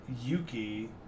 Yuki